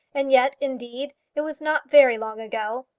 and yet, indeed, it was not very long ago.